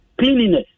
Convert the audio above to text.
Cleanliness